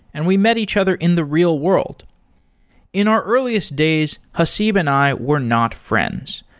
and we met each other in the real-world. in our earliest days, haseeb and i were not friends.